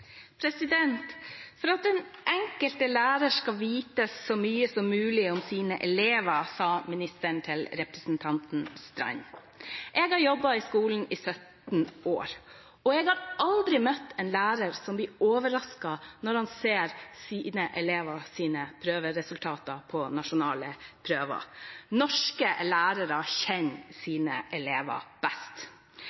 For at den enkelte lærer skal vite så mye som mulig om sine elever, sa ministeren til representanten Knutsdatter Strand. Jeg har jobbet i skolen i 17 år, og jeg har aldri møtt en lærer som er blitt overrasket når han har sett sine elevers prøveresultater på nasjonale prøver. Norske lærere kjenner